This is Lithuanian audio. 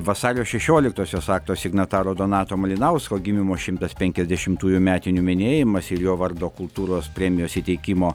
vasario šešioliktosios akto signataro donato malinausko gimimo šimtas penkiasdešimtųjų metinių minėjimas ir jo vardo kultūros premijos įteikimo